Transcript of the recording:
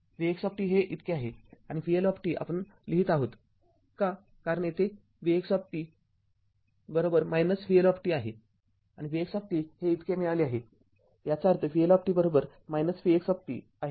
तर vx हे इतके आहे आणि vL आपण लिहित आहोत का कारण येथे हे vx vL आहे आणि vx हे इतके मिळाले आहे याचा अर्थ vL vx आहे